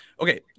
okay